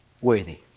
worthy